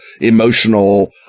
emotional